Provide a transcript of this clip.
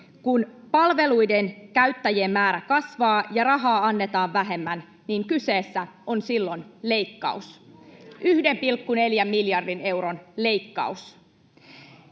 Kun palveluiden käyttäjien määrä kasvaa ja rahaa annetaan vähemmän, niin kyseessä on silloin leikkaus — 1,4 miljardin euron leikkaus.